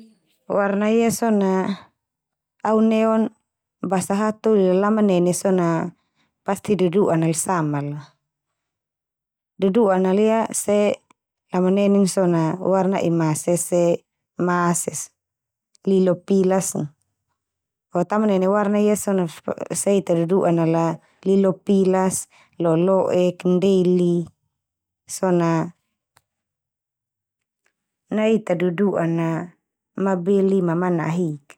Warna ia so na au neon basa hatoli la lamanene so na pasti dudu'an nal samala. Dudu'an nal ia se lamanenen so na warna emas ia se mas ia so, lilo pilas ia, fo tamanen warna ia so na se ita dudu'a nala lilo pilas, lolo'ek, ndeli, so na nai ita dudu'an na mabeli ma mana'a hik.